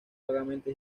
vagamente